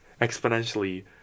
exponentially